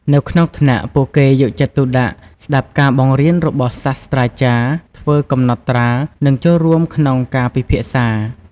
នៅក្នុងថ្នាក់ ពួកគេយកចិត្តទុកដាក់ស្ដាប់ការបង្រៀនរបស់សាស្រ្តាចារ្យ ធ្វើកំណត់ត្រា និងចូលរួមក្នុងការពិភាក្សា។